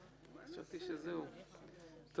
בסוף.